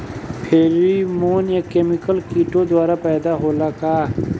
Pheromone एक chemical किटो द्वारा पैदा होला का?